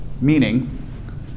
meaning